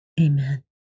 Amen